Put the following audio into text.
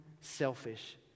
selfish